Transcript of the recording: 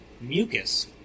mucus